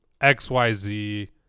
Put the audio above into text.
XYZ